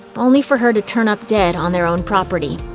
only for her to turn up dead on their own property.